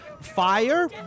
Fire